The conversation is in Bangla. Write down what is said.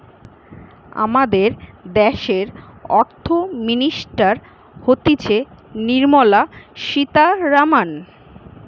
আমাদের দ্যাশের অর্থ মিনিস্টার হতিছে নির্মলা সীতারামন